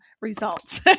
results